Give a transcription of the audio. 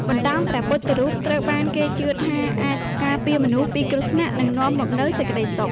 បន្តោងព្រះពុទ្ធរូបត្រូវបានគេជឿថាអាចការពារមនុស្សពីគ្រោះថ្នាក់ និងនាំមកនូវសេចក្ដីសុខ។